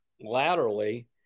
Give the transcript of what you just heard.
laterally